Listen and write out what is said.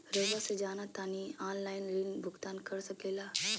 रहुआ से जाना तानी ऑनलाइन ऋण भुगतान कर सके ला?